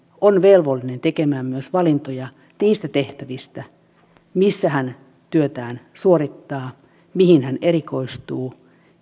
on velvollinen tekemään myös valintoja niistä tehtävistä siitä missä hän työtään suorittaa mihin hän erikoistuu